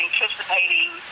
anticipating